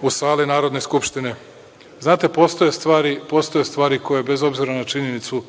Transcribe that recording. u sali Narodne skupštine. Znate postoje stvari koje bez obzira na činjenicu